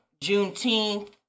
Juneteenth